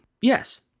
yes